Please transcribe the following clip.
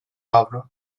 avro